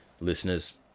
listeners